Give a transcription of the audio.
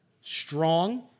Strong